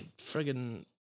friggin